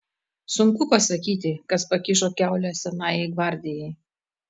sunku pasakyti kas pakišo kiaulę senajai gvardijai